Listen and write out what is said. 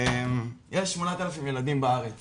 יש 8,000 ילדים בארץ